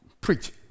preach